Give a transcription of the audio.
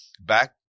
back